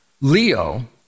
Leo